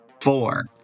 four